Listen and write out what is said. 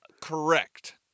correct